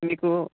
మీకు